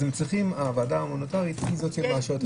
אז הוועדה ההומניטרית היא זו שמאשרת את זה,